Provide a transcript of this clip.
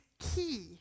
key